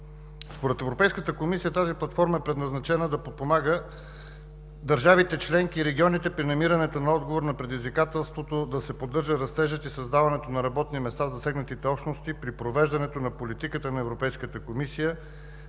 Според Европейската комисия тази платформа е предназначена да подпомага държавите членки и регионите при намирането на отговор на предизвикателството да се поддържа растежът и създаването на работни места в засегнатите общности при провеждането на политиката на Европейската комисия